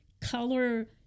color